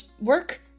work